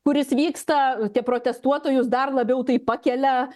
kuris vyksta tie protestuotojus dar labiau tai pakelia